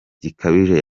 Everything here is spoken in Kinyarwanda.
gikabije